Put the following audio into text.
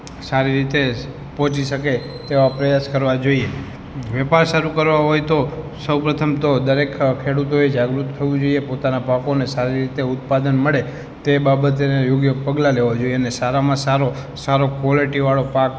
સારી રીતે પહોંચી શકે તેવા પ્રયાસ કરવા જોઇએ વ્યાપાર શરૂ કરવા હોય તો સૌ પ્રથમ તો દરેક ખેડૂતોએ જાગૃત થવું જોઇએ પોતાના પાકોને સારી રીતે ઉત્પાદન મળે તે બાબતે એણે યોગ્ય પગલાં લેવા જોઇએ અને સારામાં સારો સારો ક્વૉલિટીવાળો પાક